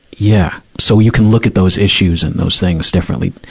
yeah. so you can look at those issues and those things differently,